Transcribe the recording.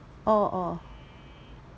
oh oh